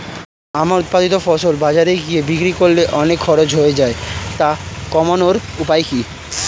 আমার উৎপাদিত ফসল বাজারে গিয়ে বিক্রি করলে অনেক খরচ হয়ে যায় তা কমানোর উপায় কি?